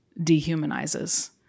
dehumanizes